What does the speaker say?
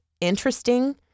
interesting